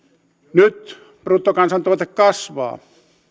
nyt bruttokansantuote kasvaa